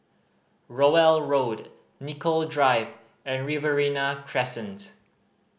Rowell Road Nicoll Drive and Riverina Crescent